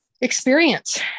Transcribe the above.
experience